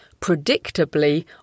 predictably